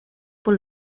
por